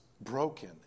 broken